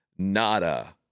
Nada